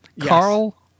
Carl